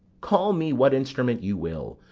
call me what instrument you will,